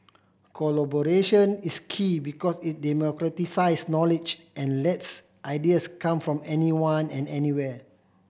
collaboration is key because it knowledge and lets ideas come from anyone and anywhere